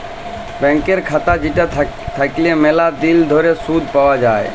ব্যাংকের খাতা যেটা থাকল্যে ম্যালা দিল ধরে শুধ পাওয়া যায়